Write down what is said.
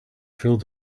filled